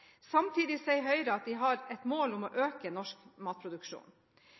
Samtidig sier Høyre at de har et mål om å øke norsk matproduksjon.